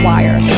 Wire